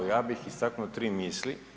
Ja bih istaknu tri misli.